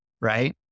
right